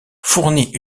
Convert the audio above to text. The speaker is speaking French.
fournit